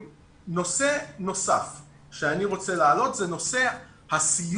נושא נוסף שאני רוצה להעלות זה נושא הסיוע